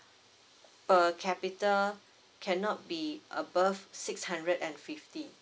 per capita cannot be above six hundred and fifty